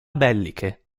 belliche